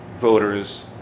voters